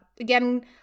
Again